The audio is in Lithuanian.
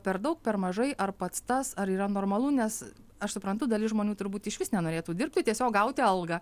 per daug per mažai ar pats tas ar yra normalu nes aš suprantu dalis žmonių turbūt išvis nenorėtų dirbti tiesiog gauti algą